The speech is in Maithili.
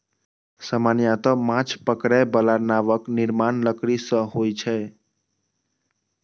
सामान्यतः माछ पकड़ै बला नावक निर्माण लकड़ी सं होइ छै